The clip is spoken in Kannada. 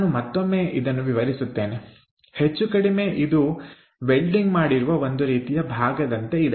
ನಾನು ಮತ್ತೊಮ್ಮೆ ಇದನ್ನು ವಿವರಿಸುತ್ತೇನೆ ಹೆಚ್ಚುಕಡಿಮೆ ಇದು ವೆಲ್ಡಿಂಗ್ ಮಾಡಿರುವ ಒಂದು ರೀತಿಯ ಭಾಗದಂತೆ ಇದೆ